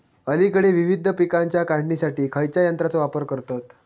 अलीकडे विविध पीकांच्या काढणीसाठी खयाच्या यंत्राचो वापर करतत?